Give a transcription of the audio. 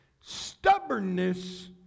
Stubbornness